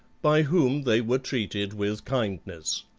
by whom they were treated with kindness.